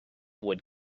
would